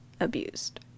abused